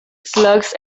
slugs